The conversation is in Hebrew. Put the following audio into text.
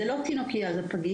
זאת לא תינוקייה, זאת פגייה.